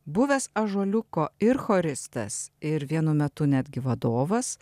buvęs ąžuoliuko ir choristas ir vienu metu netgi vadovas